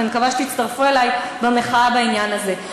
ואני מקווה שתצטרפו אלי במחאה בעניין הזה.